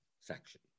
section